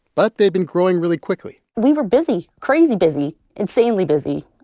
but they've been growing really quickly we were busy crazy busy, insanely busy.